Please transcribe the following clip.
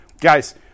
guys